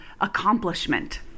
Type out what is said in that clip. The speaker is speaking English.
accomplishment